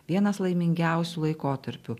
vienas laimingiausių laikotarpių